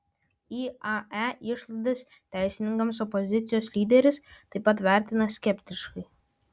iae išlaidas teisininkams opozicijos lyderis taip pat vertina skeptiškai